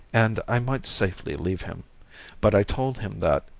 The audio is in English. and i might safely leave him but i told him that,